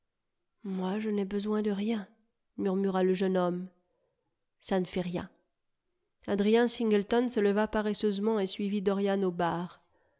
moi je n'ai besoin de rien murmura le jeune homme ça ne fait rien adrien singleton se leva paresseusement et suivit dorian au bar